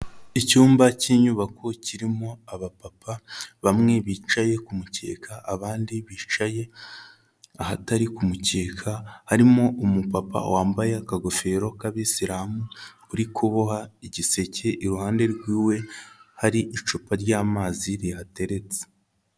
Icyumba cy'inyubako kirimo abapapa bamwe bicaye ku mukeka abandi bicaye ahatari ku mukeka, harimo umupapa wambaye akagofero k'abisilamu uri kuboha igiseke, iruhande rwiwe hari icupa ry'amazi rihateretse.